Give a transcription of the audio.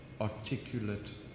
articulate